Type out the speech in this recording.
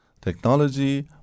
technology